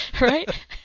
right